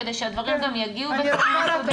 כדי שהדברים גם יגיעו בצורה מסודרת.